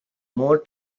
more